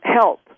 help